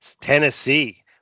Tennessee